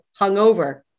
hungover